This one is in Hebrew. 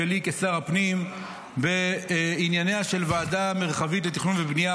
שלי כשר הפנים בענייניה של הוועדה המרחבית לתכנון ובנייה